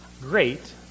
great